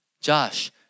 Josh